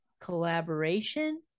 collaboration